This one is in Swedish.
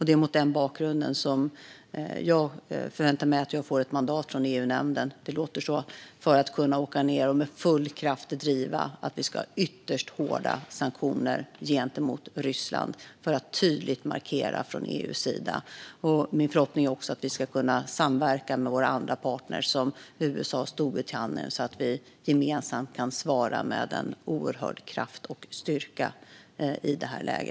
Det är mot denna bakgrund som jag förväntar mig och ser ut att få mandat från EU-nämnden att med full kraft driva på för ytterst hårda sanktioner mot Ryssland för att tydligt markera från EU:s sida. Min förhoppning är att vi också ska kunna samverka med våra andra partner USA och Storbritannien så att vi gemensamt kan svara med en oerhörd kraft och styrka i detta läge.